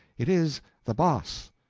it is the boss.